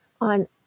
on